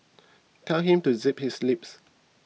tell him to zip his lips